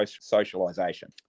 socialization